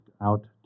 out